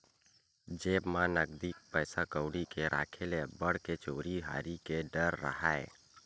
जेब म नकदी पइसा कउड़ी के राखे ले अब्बड़ के चोरी हारी के डर राहय